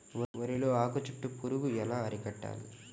వరిలో ఆకు చుట్టూ పురుగు ఎలా అరికట్టాలి?